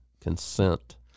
consent